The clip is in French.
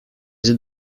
êtes